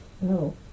No